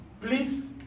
Please